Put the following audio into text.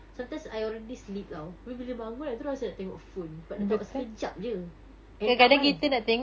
sometimes I already sleep [tau] tapi bila bangun terus nak tengok phone sebab nak tengok sekejap jer end up kan